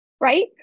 Right